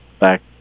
back